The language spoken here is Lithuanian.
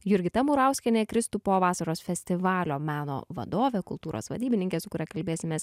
jurgita murauskienė kristupo vasaros festivalio meno vadovė kultūros vadybininkė su kuria kalbėsimės